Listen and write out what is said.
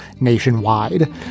nationwide